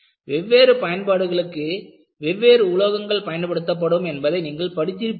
வெவ்வேறு பயன்பாடுகளுக்கு வெவ்வேறு உலோகங்கள் பயன்படுத்தப்படும் என்பதை நீங்கள் படித்திருப்பீர்கள்